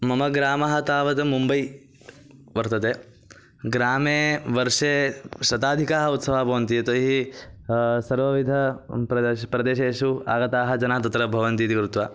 मम ग्रामः तावत् मुम्बै वर्तते ग्रामे वर्षे शताधिकाः उत्सवाः भवन्ति यतो हि सर्वविधेषु प्रदेशेषु प्रदेशेषु आगताः जनाः तत्र भवन्ति इति कृत्वा